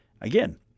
Again